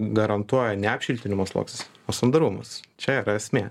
garantuoja ne apšiltinimo sluoksnis o sandarumas čia yra esmė